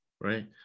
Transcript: right